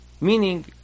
Meaning